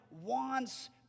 wants